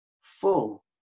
full